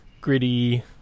gritty